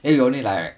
then we only like